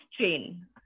chain